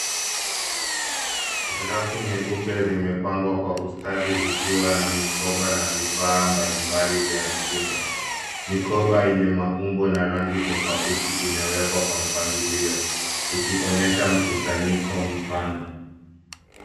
Rafu nyeupe zimepangwa kwa ustadi zikiwa na mikoba na vifaa mbalimbali vya mitindo. Mikoba yenye maumbo na rangi tofauti imewekwa kwa mpangilio ikionyesha mkusanyiko mpana.